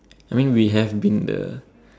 I mean we have been the